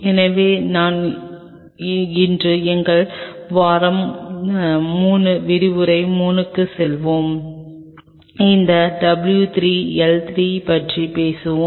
எனவே இன்று நாம் எங்கள் வாரம் 3 விரிவுரை 3 க்கு செல்லும்போது அந்த w 3 L3 பற்றி பேசுவோம்